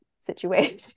situation